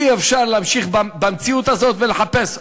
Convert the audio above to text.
אי-אפשר להמשיך במציאות הזאת ולחפש,